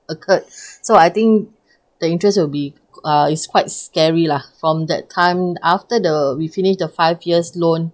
occurred so I think the interest will be uh it's quite scary lah from that time after the we finish the five years loan